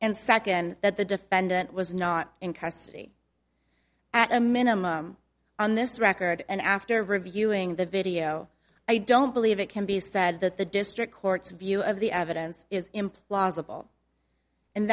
and second that the defendant was not in custody at a minimum on this record and after reviewing the video i don't believe it can be said that the district court's view of the evidence is implausible and